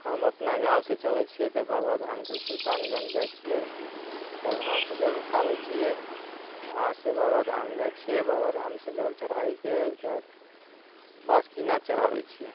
हम अपना गाँव से चलैत छियै तऽ बाबाधामके लेल सुल्तानगञ्ज जाइत छियै ओकर बाद वहाँ से जल उठाबैत छियै वहाँ से बाबाधाम जाइत छियै बाबाधाम से जल चढ़ायके ओहिके बाद बासुकीनाथ चढ़ाबैत छियै